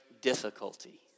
difficulty